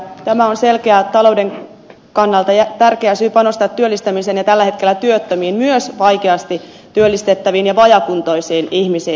tämä on selkeää talouden kannalta ja tärkeä syy panostaa työllistämiseen ja tällä hetkellä työttömiin myös vaikeasti työllistettäviin ja vajaakuntoisiin ihmisiin